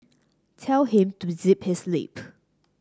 tell him to zip his lip